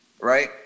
Right